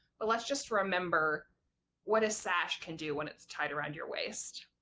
but let's just remember what a sash can do when it's tight around your waist.